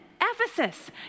Ephesus